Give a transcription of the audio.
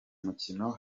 mukino